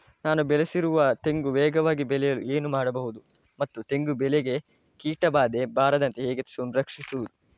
ನಾನು ಬೆಳೆಸಿರುವ ತೆಂಗು ವೇಗವಾಗಿ ಬೆಳೆಯಲು ಏನು ಮಾಡಬಹುದು ಮತ್ತು ತೆಂಗು ಬೆಳೆಗೆ ಕೀಟಬಾಧೆ ಬಾರದಂತೆ ಹೇಗೆ ಸಂರಕ್ಷಿಸುವುದು?